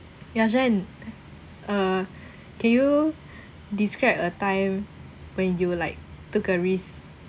ya xuan uh can you describe a time when you like took a risk